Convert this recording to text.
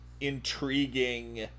intriguing